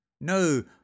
no